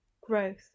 growth